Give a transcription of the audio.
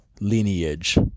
lineage